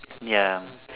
ya